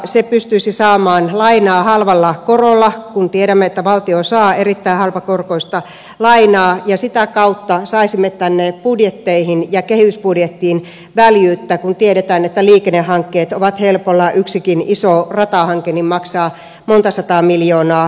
se pystyisi saamaan lainaa halvalla korolla kun tiedämme että valtio saa erittäin halpakorkoista lainaa ja sitä kautta saisimme tänne budjetteihin ja kehysbudjettiin väljyyttä kun tiedetään että liikennehankkeissa helposti yksikin iso ratahanke maksaa monta sataa miljoonaa euroa